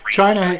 China